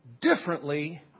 differently